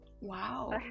Wow